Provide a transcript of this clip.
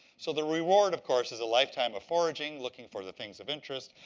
so the reward, of course, is a lifetime of foraging, looking for the things of interest,